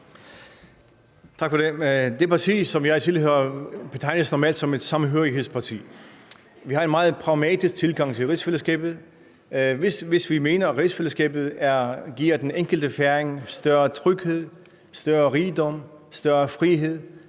Det parti, som jeg tilhører, betegnes normalt som et samhørighedsparti. Vi har en meget pragmatisk tilgang til rigsfællesskabet, og hvis vi mener, at rigsfællesskabet giver den enkelte færing større tryghed, større rigdom, større frihed,